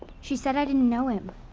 she said i didn't know him.